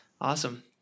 Awesome